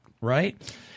Right